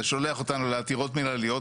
זה שולח אותנו לעתירות מנהליות.